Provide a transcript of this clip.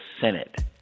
Senate